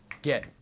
Get